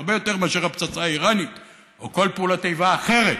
הרבה יותר מאשר הפצצה האיראנית או כל פעולת איבה אחרת.